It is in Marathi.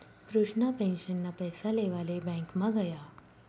कृष्णा पेंशनना पैसा लेवाले ब्यांकमा गया